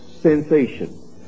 sensation